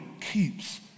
keeps